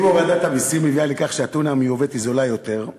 אם הורדת המסים מביאה לכך שהטונה המיובאת היא זולה יותר,